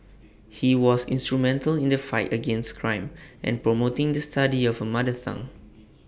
he was instrumental in the fight against crime and promoting the study of A mother tongue